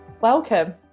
Welcome